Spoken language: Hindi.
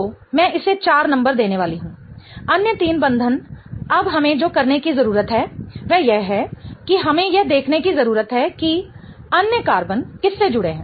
तो मैं इसे 4 नंबर देने वाली हूं अन्य तीन बंधन अब हमें जो करने की जरूरत है वह यह है कि हमें यह देखने की जरूरत है कि अन्य कार्बन किससे जुड़े हैं